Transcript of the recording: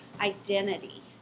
identity